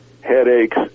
headaches